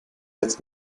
jetzt